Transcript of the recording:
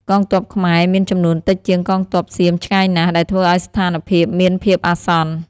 កងទ័ពខ្មែរមានចំនួនតិចជាងកងទ័ពសៀមឆ្ងាយណាស់ ដែលធ្វើឱ្យស្ថានភាពមានភាពអាសន្ន។